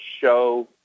Show